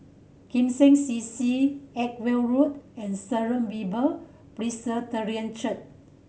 Kim Seng C C Edgware Road and Sharon Bible Presbyterian Church